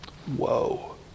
Whoa